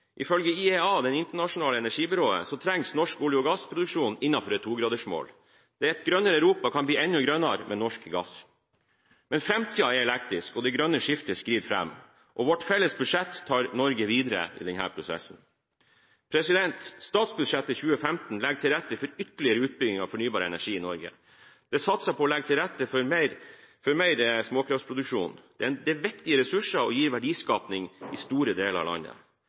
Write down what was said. IEA, Det internasjonale energibyrået, trengs norsk olje- og gassproduksjon innenfor et togradersmål. Et grønnere Europa kan bli enda grønnere med norsk gass. Framtiden er elektrisk, og det grønne skiftet skrider fram. Vårt felles budsjett tar Norge videre i denne prosessen. Statsbudsjettet 2015 legger til rette for ytterligere utbygging av fornybar energi i Norge. Det satses på å legge til rette for mer småkraftproduksjon. Dette er viktige ressurser og gir verdiskaping i store deler av landet.